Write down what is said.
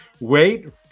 wait